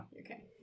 Okay